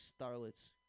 starlets